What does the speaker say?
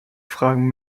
fragen